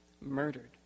murdered